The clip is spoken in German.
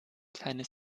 kleine